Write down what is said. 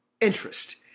interest